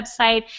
website